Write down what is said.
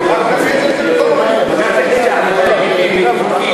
רק תביא לביקורת.